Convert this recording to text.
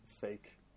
fake